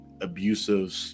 abusive